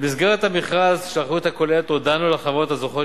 במסגרת המכרז של האחריות הכוללת הודענו לחברות הזוכות